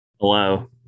hello